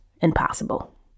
impossible